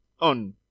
on